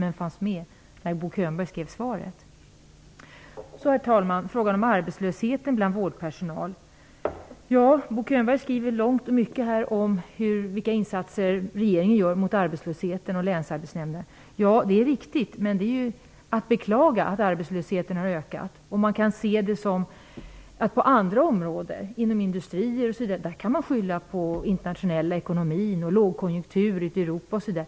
Det fanns däremot med i bilden när Bo Könberg skrev svaret. Herr talman! Vad gäller arbetslösheten bland vårdpersonal skriver Bo Könberg långt och mycket om vilka insatser som regeringen gör mot arbetslösheten och vilka insatser länsarbetsnämnderna gör. Det är riktigt, men det är att beklaga att arbetslösheten ökat. På andra områden, exempelvis inom industrin, kan man skylla på den internationella ekonomin och lågkonjunktur ute i Europa osv.